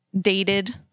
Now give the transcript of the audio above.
dated